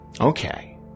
Okay